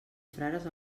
frares